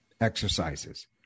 exercises